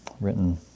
Written